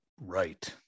right